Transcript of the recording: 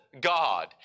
God